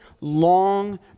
long